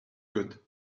good